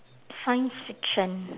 science fiction